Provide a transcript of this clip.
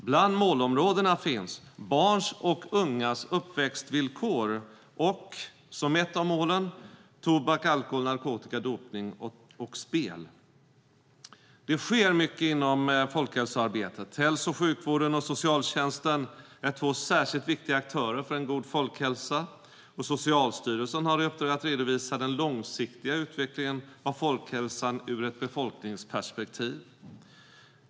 Bland målområdena finns Barns och ungas uppväxtvillkor och, som ett av målen, Tobak, alkohol, narkotika, dopning och spel. Det sker mycket inom folkhälsoarbetet. Hälso och sjukvården och socialtjänsten är två särskilt viktiga aktörer för en god folkhälsa, och Socialstyrelsen har i uppdrag att redovisa den långsiktiga utvecklingen av folkhälsan ur ett befolkningsperspektiv.